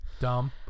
Dumb